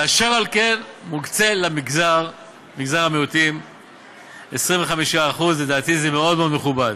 אשר על כן מוקצים למגזר המיעוטים 25%. לדעתי זה מאוד מאוד מכובד.